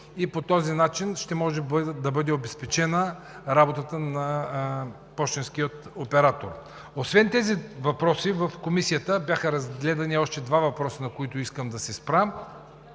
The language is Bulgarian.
и по този начин ще може да бъде обезпечена работата на пощенския оператор. Освен тези въпроси в Комисията бяха разгледани още два въпроса, на които искам да се спра.